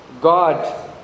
God